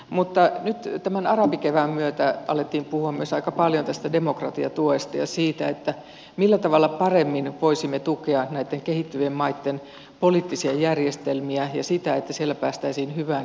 mutta nyt tämän arabikevään myötä alettiin puhua myös aika paljon tästä demokratiatuesta ja siitä millä tavalla paremmin voisimme tukea näitten kehittyvien maitten poliittisia järjestelmiä ja sitä että siellä päästäisiin hyvään ja demokraattiseen hallintoon